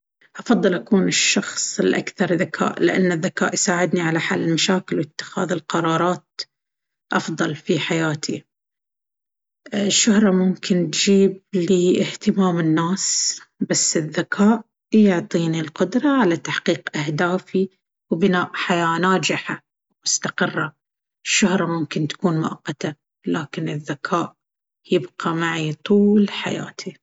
أفضل أكون الشخص الأكثر ذكاءً. لأن الذكاء يساعدني على حل المشاكل واتخاذ القرارات أفضل في حياتي. الشهرة ممكن تجيب لي اهتمام الناس، بس الذكاء يعطيني القدرة على تحقيق أهدافي وبناء حياة ناجحة ومستقرة. الشهرة ممكن تكون مؤقتة، لكن الذكاء يبقى معي طول حياتي.